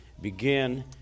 begin